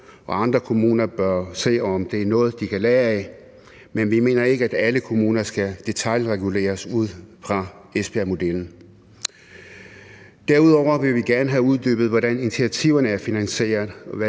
andre kommuner bør se, om det er noget, de kan lære af, men vi mener ikke, at alle kommuner skal detailreguleres ud fra Esbjergmodellen. Derudover vil vi gerne have uddybet, hvordan initiativerne er finansieret,